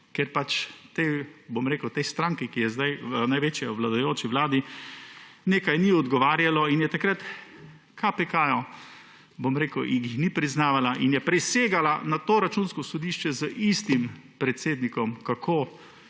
ker pač tej stranki, ki je zdaj največja v vladajoči vladi, nekaj ni odgovarjalo in takrat KPK ni priznavala in je prisegala na to Računsko sodišče z istim predsednikom, ga